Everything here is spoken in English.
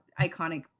iconic